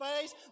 face